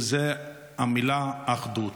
וזה המילה "אחדות".